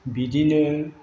बिदिनो